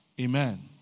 Amen